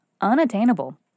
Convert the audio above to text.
unattainable